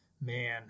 Man